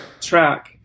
track